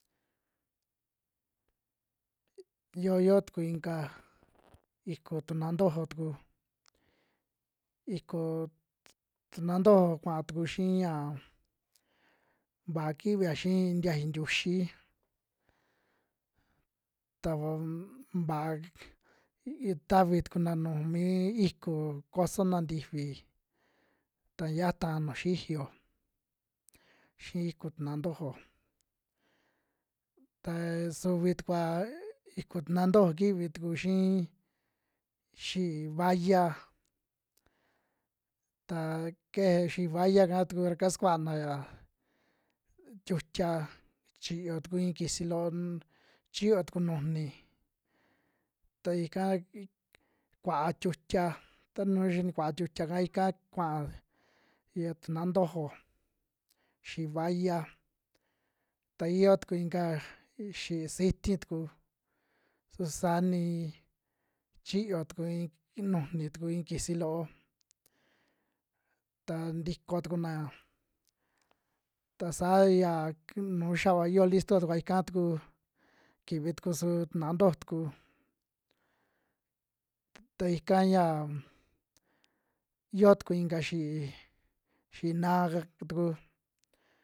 Yoo yo tuku inka iku tuna ntojo tuku, iku t- tuna ntojo kuaa tuku xii yan, vaa kivia xii ntiayu ntiuxi, ta va- n va kk tavi tukuna nuju mi iku kosona ntifi ta yataa nuu xiyo xii iku tuna ntojo ta suvi tukua ek iku tuna ntojo kivi tuku xii xi'í vaya, ta keje xi'í vaya'ka tuku ra kasukaa naya tiutia chiyo tuku iin kisi loon, chiyo tuku nujuni ta ika kuaa tiutia ta nu xa nikua tiutia'ka ika kua'a ya tuna ntojo xi'í vaya, ta iyo tuku inka xi'í siti tuku su saa ni chiyo tuku in nujuni tuku iin kisi loo, ta ntiko tukuna'a ta saa ya nu xiva yoo listo tukua ika tuku viki tuku su tana ntojo tuku, ta ika yaa yoo tuku inka xi'í, xi'í na'a ka tuku.